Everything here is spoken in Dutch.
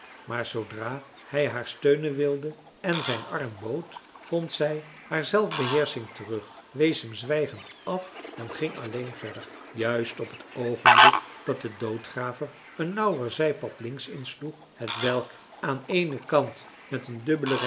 maar zoodra hij haar steunen wilde en zijn arm bood vond zij haar zelfbeheersching terug wees hem zwijgend af en ging alleen verder juist op het oogenblik dat de doodgraver een nauwer zijpad links insloeg hetwelk aan eenen kant met een dubbele